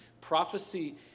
Prophecy